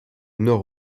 nord